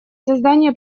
создания